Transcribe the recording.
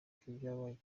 kw’ibyabaye